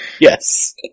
Yes